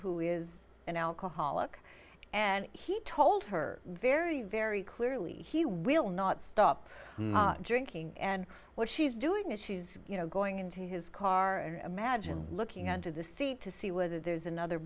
who is an alcoholic and he told her very very clearly he will not stop drinking and what she's doing is she's you know going into his car imagine looking under the seat to see whether there's another